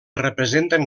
representen